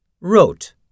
Wrote